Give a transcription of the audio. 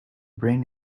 brain